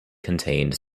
contained